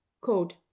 Code